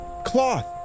Cloth